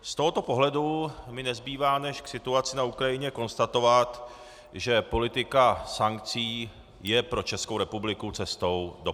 Z tohoto pohledu mi nezbývá než k situaci na Ukrajině konstatovat, že politika sankcí je pro Českou republiku cestou do pekel.